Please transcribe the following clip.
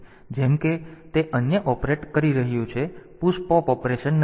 તેથી જેમ કે તે અન્ય ઓપરેટ કરી રહ્યું છે પુશ પોપ ઓપરેશન